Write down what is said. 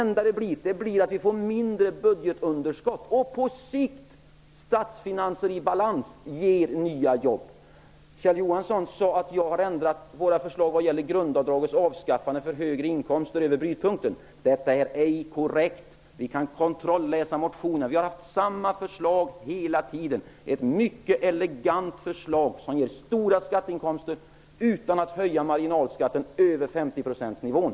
Följden blir ett mindre budgetunderskott, och på sikt ger statsfinanser i balans nya jobb. Kjell Johansson sade att jag har ändrat våra förslag vad gäller gundavdragets avskaffande för inkomster över brytpunkten. Detta är ej korrekt. Ni kan kontrolläsa motionerna. Vi har haft samma förslag hela tiden. Det är ett mycket elegant förslag som ger stora skatteinkomster utan att man höjer marginalskatten över 50 %-nivån.